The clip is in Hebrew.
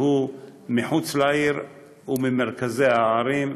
שהוא מחוץ לעיר ומרכזי הערים,